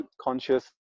conscious